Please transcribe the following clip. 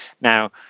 Now